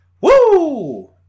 Woo